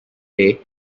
day